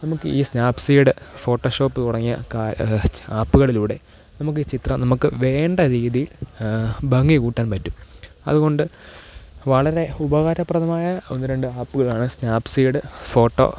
നമുക്ക് ഈ Snapseed Photoshop തുടങ്ങിയ ക ചെ ആപ്പുകളിലൂടെ നമുക്കീ ചിത്രം നമുക്ക് വേണ്ട രീതിയിൽ ഭംഗി കൂട്ടാൻ പറ്റും അതുകൊണ്ട് വളരെ ഉപകാരപ്രദമായ ഒന്ന് രണ്ട് ആപ്പുകളാണ് സ്നാപ് സീഡ് ഫോട്ടോ